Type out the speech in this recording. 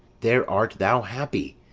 there art thou happy.